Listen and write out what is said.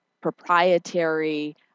proprietary